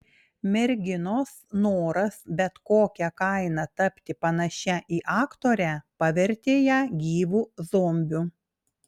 merginos noras bet kokia kaina tapti panašia į aktorę pavertė ją gyvu zombiu